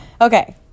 okay